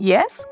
Yes